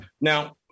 Now